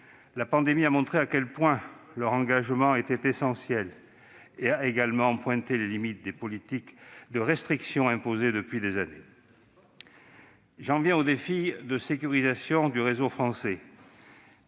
La pandémie a montré à quel point leur engagement était essentiel ; elle a également pointé les limites des politiques de restriction imposées depuis des années. J'en viens aux défis de sécurisation du réseau français,